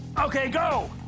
okay, go!